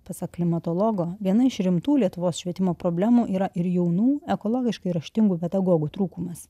pasak klimatologo viena iš rimtų lietuvos švietimo problemų yra ir jaunų ekologiškai raštingų pedagogų trūkumas